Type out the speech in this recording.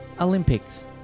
Olympics